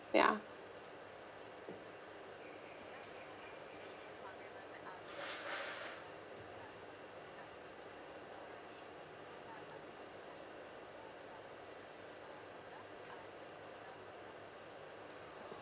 ya